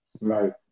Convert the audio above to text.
Right